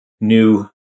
new